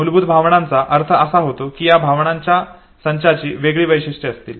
मूलभूत भावनांचा अर्थ असा होतो की या भावनांच्या संचाची वेगळी वैशिष्ट्ये असतील